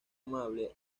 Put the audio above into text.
amable